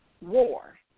war